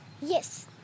Yes